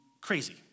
crazy